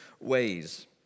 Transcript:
ways